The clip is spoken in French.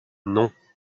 non